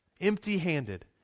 empty-handed